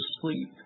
sleep